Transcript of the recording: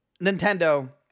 Nintendo